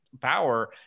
power